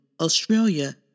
Australia